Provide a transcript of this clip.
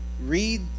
read